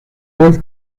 dos